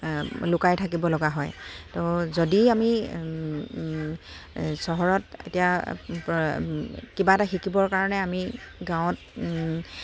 লুকাই থাকিব লগা হয় ত' যদি আমি চহৰত এতিয়া কিবা এটা শিকিবৰ কাৰণে আমি গাঁৱত